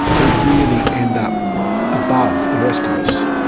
who really end up above the rest of us,